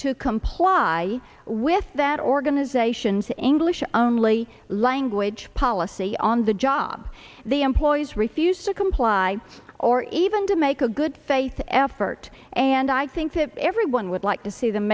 to comply with that organization's anguish only language policy on the job the employees refused to comply or even to make a good faith effort and i think that everyone would like to see them